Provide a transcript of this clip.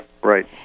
right